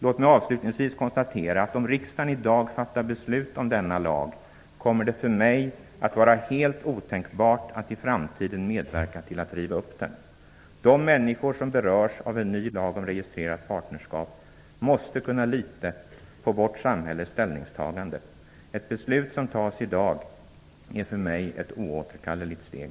Låt mig avslutningsvis konstatera att om riksdagen i dag fattar beslut om denna lag, kommer det för mig att vara helt otänkbart att i framtiden medverka till att riva upp den. De människor som berörs av en ny lag om registrerat partnerskap måste kunna lita på vårt samhälles ställningstagande. Ett beslut som tas i dag är för mig ett oåterkalleligt steg.